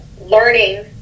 learning